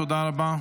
תודה רבה.